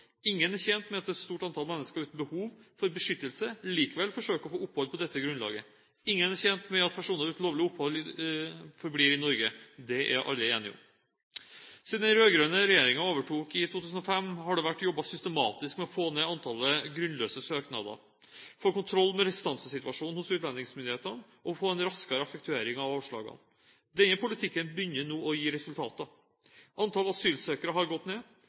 Ingen er tjent med at et stort antall mennesker uten behov for beskyttelse likevel forsøker å få opphold på dette grunnlaget. Ingen er tjent med at personer uten lovlig opphold forblir i Norge. Det er alle enige om. Siden den rød-grønne regjeringen overtok i 2005, har det vært jobbet systematisk med å få ned antallet grunnløse søknader, få kontroll med restansesituasjonen hos utlendingsmyndighetene og få en raskere effektuering av avslagene. Denne politikken begynner nå å gi resultater. Antall asylsøkere har gått ned,